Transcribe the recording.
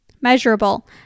Measurable